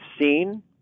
seen